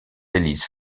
élisent